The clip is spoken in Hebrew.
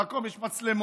במקום יש מצלמות,